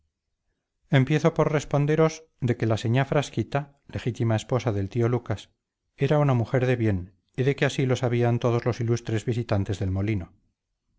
empiezo por responderos de que la señá frasquita legítima esposa del tío lucas era una mujer de bien y de que así lo sabían todos los ilustres visitantes del molino